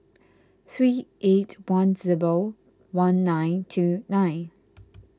three eight one zero one nine two nine